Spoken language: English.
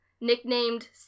nicknamed